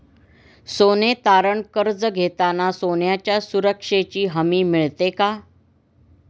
सोने तारण कर्ज घेताना सोन्याच्या सुरक्षेची हमी मिळते का?